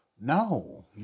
No